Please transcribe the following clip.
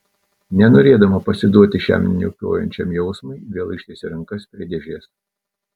nenorėdama pasiduoti šiam niokojančiam jausmui vėl ištiesė rankas prie dėžės